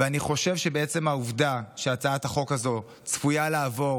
ואני חושב שבעצם העובדה שהצעת החוק הזו צפויה לעבור